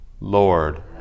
Lord